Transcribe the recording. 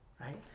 Right